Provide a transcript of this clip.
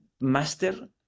master